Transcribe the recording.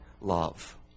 love